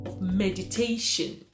meditation